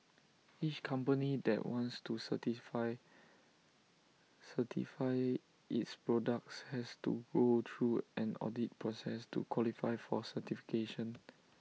each company that wants to certify its products has to go through an audit process to qualify for certification